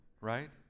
right